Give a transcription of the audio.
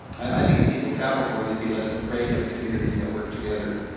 i think if people traveled more they'd be less afraid of communities that work together.